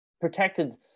protected